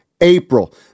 April